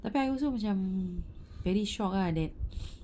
tapi I also macam very shocked ah that